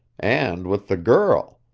and with the girl.